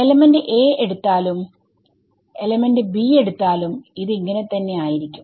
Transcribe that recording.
element a എടുത്താലും element b എടുത്താലും ഇത് ഇങ്ങനെ തന്നെ ആയിരിക്കും